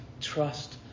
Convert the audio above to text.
Trust